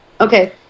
Okay